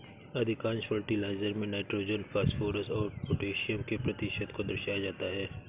अधिकांश फर्टिलाइजर में nitrogen, phosphorus और पौटेशियम के प्रतिशत को दर्शाया जाता है